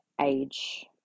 age